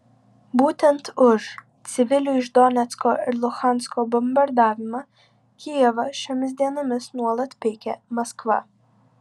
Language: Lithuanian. būtent už civilių iš donecko ir luhansko bombardavimą kijevą šiomis dienomis nuolat peikia maskva